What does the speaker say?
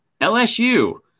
LSU